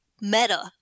meta